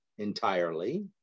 entirely